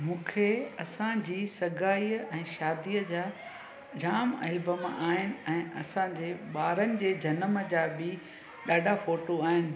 मूंखे असांजी सगाईअ ऐं शादीअ जा जाम एल्बम आहिनि ऐं असांजे ॿारनि जे जनम जा बि ॾाढा फ़ोटू आहिनि